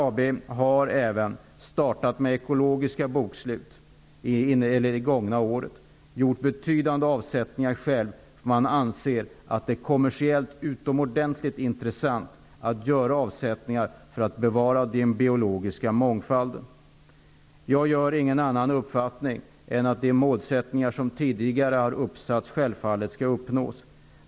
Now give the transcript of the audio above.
Domän AB har även startat med ekologiska bokslut under det gångna året. Det har självt gjort betydande avsättningar. Man anser att det är kommersiellt utomordentligt intressant att göra avsättningar för att bevara den biologiska mångfalden. Jag har ingen annan uppfattning än att de målsättningar som tidigare har uppsatts självfallet skall uppnås.